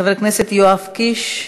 חבר הכנסת יואב קיש,